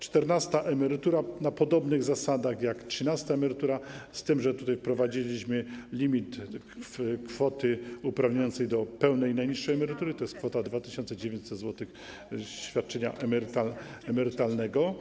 Czternasta emerytura na podobnych zasadach jak trzynasta emerytura, z tym że wprowadziliśmy limit kwoty uprawniającej do pełnej najniższej emerytury, tj. kwota 2900 zł świadczenia emerytalnego.